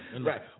right